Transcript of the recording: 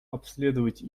обследовать